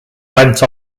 went